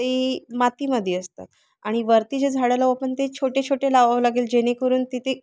ते मातीमध्ये असतात आणि वरती जे झाडं लावू आपण ते छोटे छोटे लावावं लागेल जेणेकरून तिथे